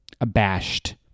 abashed